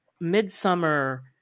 Midsummer